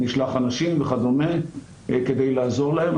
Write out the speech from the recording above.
נשלח אנשים וכדומה כדי לעזור להם.